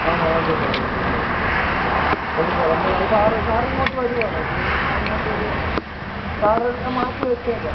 ആണോ ഓക്കെ സാറെ okay sir okay സാറെ എന്നാൽ അത് സാറ് സാറിങ്ങോട്ട് വരുവാണോ ഇപ്പോൾ സാറിങ്ങോട്ടോ അതോ സാറ് ആ മാറ്റി വെച്ചേക്കാം